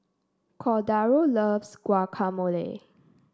Cordaro loves Guacamole